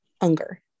Unger